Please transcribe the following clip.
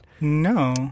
No